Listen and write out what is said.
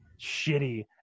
shitty